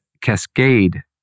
cascade